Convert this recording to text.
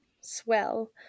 swell